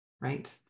right